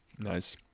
Nice